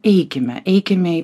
eikime eikime į